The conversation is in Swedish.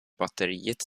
batteriet